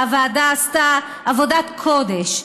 הוועדה עשתה עבודת קודש,